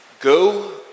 Go